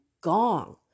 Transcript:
gong